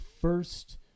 first